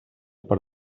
per